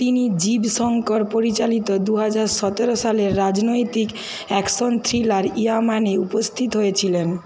তিনি জীব শঙ্কর পরিচালিত দু হাজার সতেরো সালের রাজনৈতিক অ্যাকশন থ্রিলার ইয়ামানে উপস্থিত হয়েছিলেন